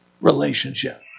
relationship